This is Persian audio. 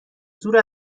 زور